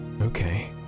Okay